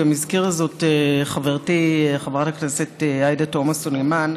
וגם הזכירה זאת חברתי חברת הכנסת עאידה תומא סלימאן,